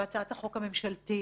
והצעת החוק הממשלתית,